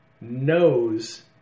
knows